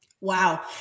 Wow